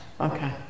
Okay